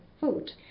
food